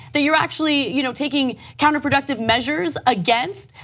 that you are actually you know taking counterproductive measures against?